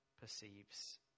perceives